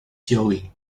showing